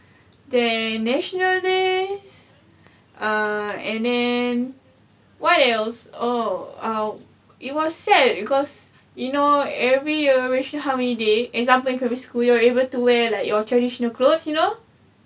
then national days uh and then what else oh err it was sad because you know every year racial harmony day example in primary school you're able to wear like your traditional clothes you know